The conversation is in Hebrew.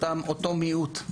אותו מיעוט.